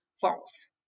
false